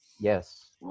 Yes